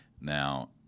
now